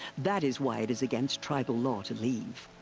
that is why it is against tribal law to leave.